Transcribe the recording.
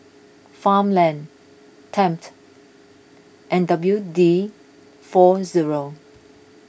Farmland Tempt and W D four zero